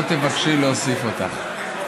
לא תבקשי להוסיף אותך.